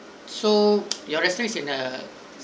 so your restaurants in a